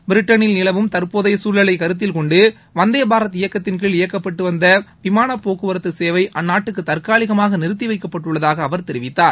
பிரிட்டனில் நிலவும் தற்போதைய தழலைக் கருத்தில்கொண்டு வந்தே பாரத் இயக்கத்தின் கீழ் இயக்கப்பட்டுவந்த விமான போக்குவரத்து சேவை அந்நாட்டுக்குதற்காலிகமாக நிறுத்தி வைக்கப்பட்டுள்ளதாக அவர் தெரிவித்தார்